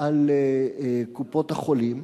על קופות-החולים.